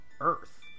Earth